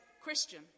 Christian